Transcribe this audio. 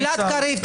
גלעד קריב,